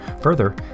Further